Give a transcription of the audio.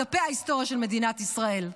בדפי ההיסטוריה של מדינת ישראל.